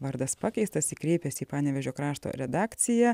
vardas pakeistas ji kreipėsi į panevėžio krašto redakciją